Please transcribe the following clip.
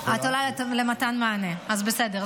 את עולה למתן מענה, אז בסדר.